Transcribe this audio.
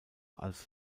als